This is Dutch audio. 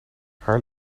haar